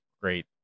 great